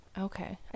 okay